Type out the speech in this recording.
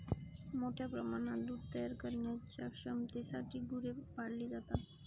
मोठ्या प्रमाणात दूध तयार करण्याच्या क्षमतेसाठी गुरे पाळली जातात